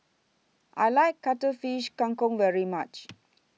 I like Cuttlefish Kang Kong very much